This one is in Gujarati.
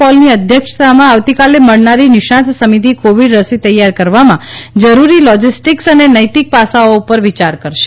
પોલની અધ્યક્ષતામાં આવતીકાલે મળનારી નિષ્ણાંત સમિતિ ક્રોવિડ રસી તૈયાર કરવામાં જરૂરી લોજિસ્ટિક્સ અને નૈતિક પાસાઓ પર વિયાર કરશે